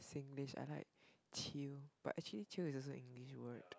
Singlish I like chill but actually chill is also English word